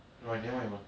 orh then what you want